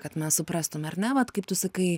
kad mes suprastume ar ne vat kaip tu sakai